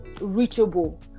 reachable